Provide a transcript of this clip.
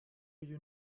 you